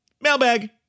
mailbag